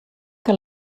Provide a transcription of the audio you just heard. que